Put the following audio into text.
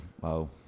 wow